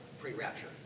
pre-rapture